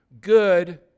good